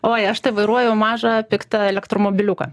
oi aš tai vairuoju mažą piktą elektromobiliuką